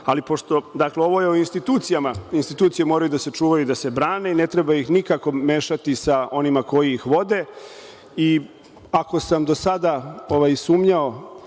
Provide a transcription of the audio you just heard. zaposlenih. Dakle, ovo je o institucijama i institucije moraju da se čuvaju ili da se brane i ne treba ih nikako mešati sa onima koji ih vode. Ako sam do sada i sumnjao